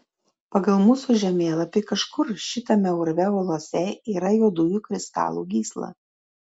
pagal mūsų žemėlapį kažkur šitame urve uolose yra juodųjų kristalų gysla